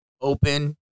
open